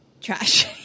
Trash